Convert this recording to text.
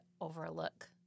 overlook